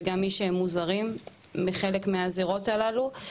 וגם מי שמוזרים מחלק מהזירות הללו,